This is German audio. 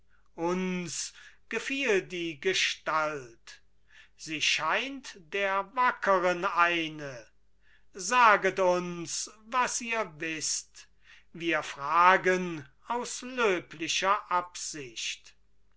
uns gefiel die gestalt sie scheint der wackeren eine saget uns was ihr wißt wir fragen aus löblicher absicht